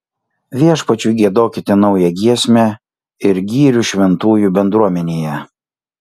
viešpačiui giedokite naują giesmę ir gyrių šventųjų bendruomenėje